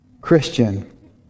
Christian